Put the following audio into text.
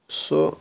سُہ